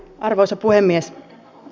arvoisa puhemies